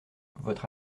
votre